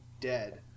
dead